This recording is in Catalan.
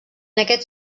aquests